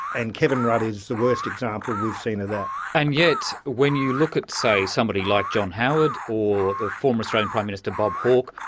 and kevin rudd is the worst example we've seen of that. and yet when you look at, say, somebody like john howard or the former australian prime minister bob hawke,